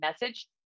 message